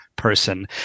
person